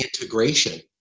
integration